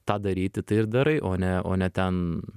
tą daryti tai ir darai o ne o ne ten